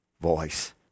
voice